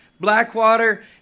Blackwater